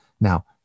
Now